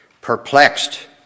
perplexed